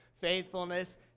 faithfulness